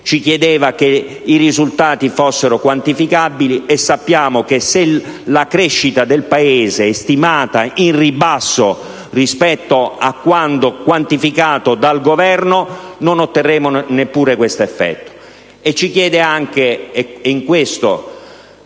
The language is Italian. ci chiedeva che i risultati fossero quantificabili (e sappiamo che, se la crescita del Paese è stimata in ribasso rispetto a quanto quantificato dal Governo, non otterremo neppure questo effetto);